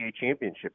championship